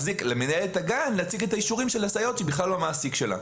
ושמנהלת הגן תציג את האישורים של הסייעות שהיא בכלל לא מעסיקה שלהן.